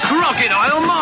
Crocodile